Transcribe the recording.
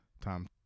Tom